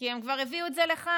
כי הם כבר הביאו את זה לכאן,